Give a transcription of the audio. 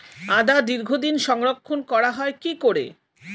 আদা দীর্ঘদিন সংরক্ষণ করা হয় কি করে?